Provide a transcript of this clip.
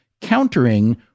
countering